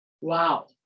Wow